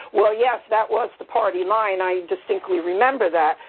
well, yes, that was the party line-i distinctly remember that.